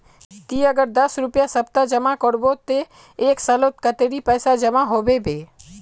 ती अगर दस रुपया सप्ताह जमा करबो ते एक सालोत कतेरी पैसा जमा होबे बे?